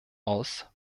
aus